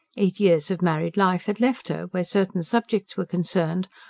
eight years of married life had left her, where certain subjects were concerned,